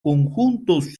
conjuntos